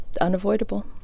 unavoidable